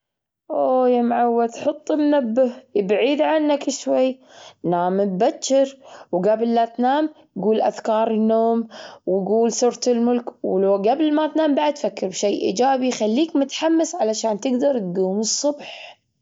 أوه يا معود، حط منبه بعيد عنك شوي. نام متبشر وقبل لا تنام قول أذكار النوم، وقول صورة الملك، ولو قبل ما تنام بعد تفكر بشيء إيجابي يخليك متحمس علشان تقدر تقوم الصبح.